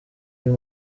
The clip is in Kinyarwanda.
uyu